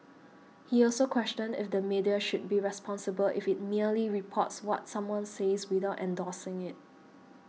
he also questioned if the media should be responsible if it merely reports what someone says without endorsing it